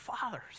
fathers